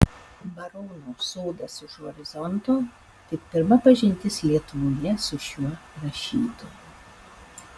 barono sodas už horizonto tik pirma pažintis lietuvoje su šiuo rašytoju